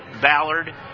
Ballard